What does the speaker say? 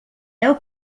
deu